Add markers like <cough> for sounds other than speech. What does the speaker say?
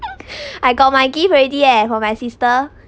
<laughs> I got my gift already eh from my sister